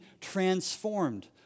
transformed